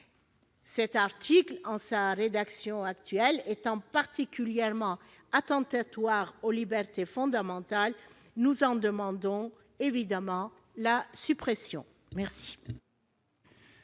Cet article étant, dans sa rédaction actuelle, particulièrement attentatoire aux libertés fondamentales, nous en demandons évidemment la suppression. Quel